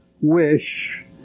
wish